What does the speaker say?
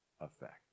effect